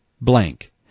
blank